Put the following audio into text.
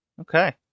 okay